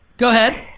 go ahead.